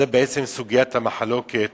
זו בעצם סוגיית המחלוקת